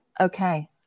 Okay